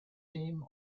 team